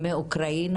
מאוקראינה